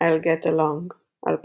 I'll Get Along - 2012